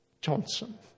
Johnson